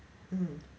mm